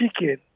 chicken